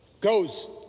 goes